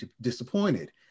disappointed